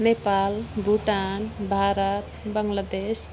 Nepal Bhutan Bharat Bangladesh